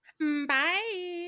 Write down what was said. Bye